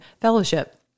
fellowship